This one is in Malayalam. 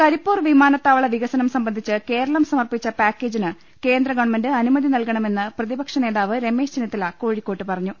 കരിപ്പൂർ വിമാനത്താവള വികസനം സംബന്ധിച്ച് കേരളം സമർപ്പിച്ച പാക്കേജിന് കേന്ദ്ര ഗവൺമെന്റ് അനുമതി നൽകണമെന്ന് പ്രതിപക്ഷ നേതാവ് രമേശ് ചെന്നിത്തല കോഴിക്കോട്ട് പറഞ്ഞു